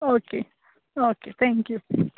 okay okay thank you